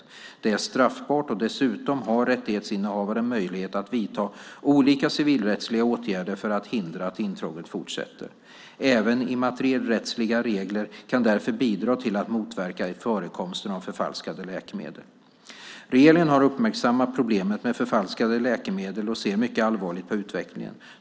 Detta är straffbart, och dessutom har rättighetshavaren möjlighet att vidta olika civilrättsliga åtgärder för att hindra att intrånget fortsätter. Även de immaterialrättsliga reglerna kan därför bidra till att motverka förekomsten av förfalskade läkemedel. Regeringen har uppmärksammat problemet med förfalskade läkemedel och ser mycket allvarligt på utvecklingen.